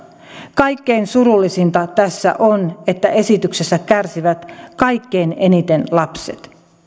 kaikkein surullisinta tässä on että esityksestä kärsivät kaikkein eniten lapset